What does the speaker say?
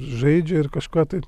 žaidžia ir kažką tai